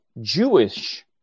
Jewish